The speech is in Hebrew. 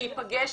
שייפגש,